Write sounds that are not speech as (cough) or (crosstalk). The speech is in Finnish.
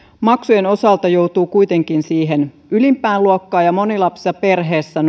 maksujen osalta joutuu kuitenkin siihen ylimpään luokkaan ja monilapsisissa perheissä (unintelligible)